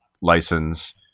license